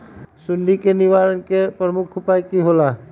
सुडी के निवारण के प्रमुख उपाय कि होइला?